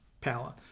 power